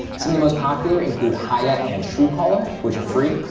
some of the most popular include hiya and truecaller, which are free.